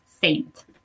saint